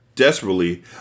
Desperately